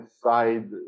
side